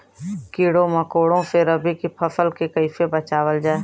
कीड़ों मकोड़ों से रबी की फसल के कइसे बचावल जा?